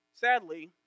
Sadly